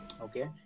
Okay